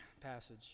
passage